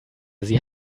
sie